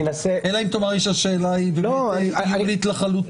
אני אנסה --- אלא אם תאמר לי שהשאלה היא באמת היולית לחלוטין.